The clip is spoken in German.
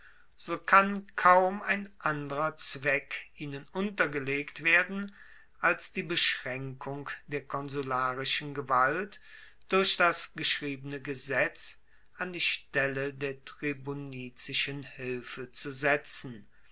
so kann kaum ein anderer zweck ihnen untergelegt werden als die beschraenkung der konsularischen gewalt durch das geschriebene gesetz an die stelle der tribunizischen hilfe zu setzen